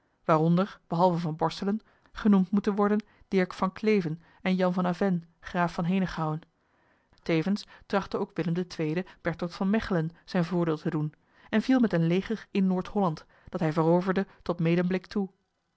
waaronder behalve van borselen genoemd moeten worden dirk van cleve en jan van avennes graaf van henegouwen tevens trachtte ook willem ii bertold van mechelen zijn voordeel te doen en viel met een leger in noord-holland dat hij veroverde tot medemblik toe